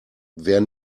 wer